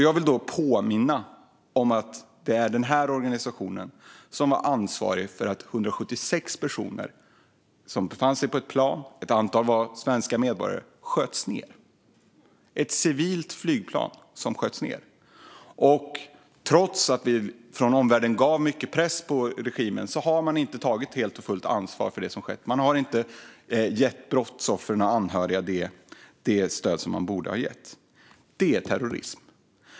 Jag vill då påminna om att det är denna organisation som var ansvarig för att ett civilt flygplan med 176 personer - ett antal var svenska medborgare - sköts ned. Trots att vi från omvärlden satte stor press på regimen har man inte tagit helt och fullt ansvar för det som har skett. Man har inte gett brottsoffren och de anhöriga det stöd som man borde ha gett. Det är terrorism.